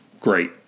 great